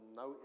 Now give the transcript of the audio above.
no